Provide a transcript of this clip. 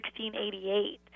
1688